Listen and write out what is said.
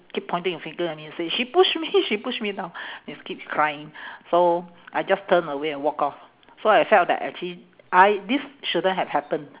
keep pointing her finger at me and say she push me she push me down and s~ keep crying so I just turn away and walk off so I felt that actually I this shouldn't have happen